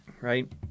Right